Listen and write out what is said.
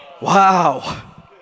Wow